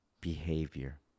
Behavior